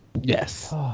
Yes